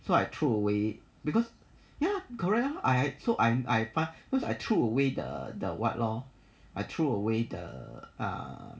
so I throw away because ya correct I so I'm I was I threw away the the what lor I threw away the err